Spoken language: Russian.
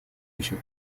ищет